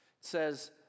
says